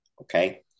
okay